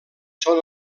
són